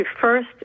first